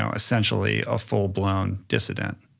essentially, a full blown dissident.